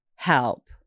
help